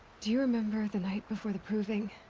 do you remember, the night before the proving.